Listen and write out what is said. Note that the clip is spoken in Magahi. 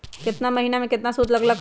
केतना महीना में कितना शुध लग लक ह?